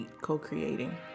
co-creating